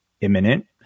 imminent